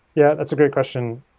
yeah, that's a great question.